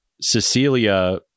Cecilia